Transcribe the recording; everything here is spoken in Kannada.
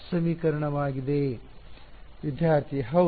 ವಿದ್ಯಾರ್ಥಿ ಹೌದು